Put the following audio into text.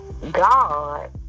God